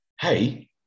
Hey